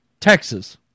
Texas